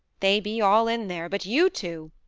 they be all in there, but you two,